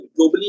globally